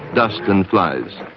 dust and flies.